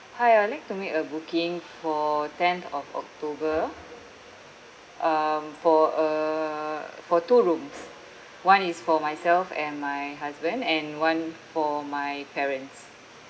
hi I would like to make a booking for tenth of october um for uh for two rooms one is for myself and my husband and one for my parents